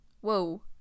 whoa